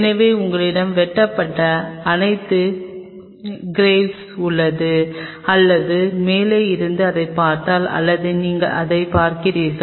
எனவே உங்களிடம் வெட்டப்பட்ட அனைத்து கிரேவ்ஸ் உள்ளன அல்லது மேலே இருந்து இதைப் பார்த்தால் அல்லது நீங்கள் இதைப் பார்க்கிறீர்கள்